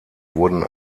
wurden